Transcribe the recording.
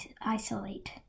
isolate